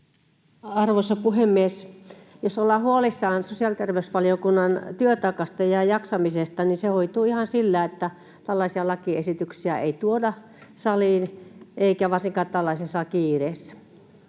Arvoisa puhemies! Jos ollaan huolissaan sosiaali- ja terveysvaliokunnan työtaakasta ja jaksamisesta, niin se hoituu ihan sillä, että tällaisia lakiesityksiä ei tuoda saliin eikä varsinkaan tällaisessa kiireessä.